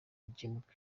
gikemuke